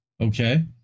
Okay